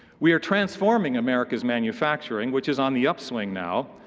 we are transforming america's manufacturing, which is on the upswing now.